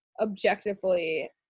objectively